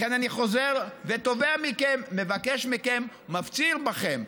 לכן אני חוזר ותובע מכם, מבקש מכם, מפציר בכם,